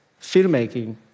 filmmaking